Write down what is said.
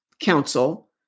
council